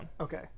Okay